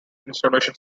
installation